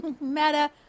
Meta